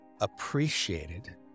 appreciated